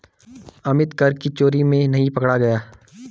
अमित कर की चोरी में नहीं पकड़ा गया